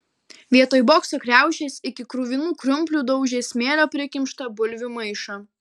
vietoj bokso kriaušės iki kruvinų krumplių daužė smėlio prikimštą bulvių maišą